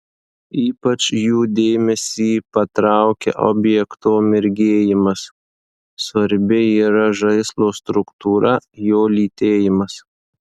ypač jų dėmesį patraukia objekto mirgėjimas svarbi yra žaislo struktūra jo lytėjimas